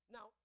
Now